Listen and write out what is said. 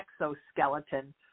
exoskeleton